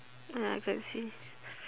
ah I can see